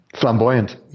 flamboyant